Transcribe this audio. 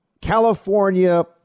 California